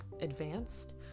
advanced